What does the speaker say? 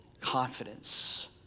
confidence